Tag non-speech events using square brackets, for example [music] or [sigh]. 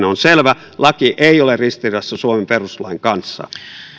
[unintelligible] on selvä laki ei ole ristiriidassa suomen perustuslain kanssa